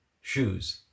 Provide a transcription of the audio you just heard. shoes